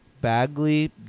Bagley